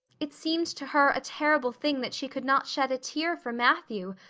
it seemed to her a terrible thing that she could not shed a tear for matthew,